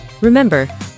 Remember